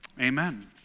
Amen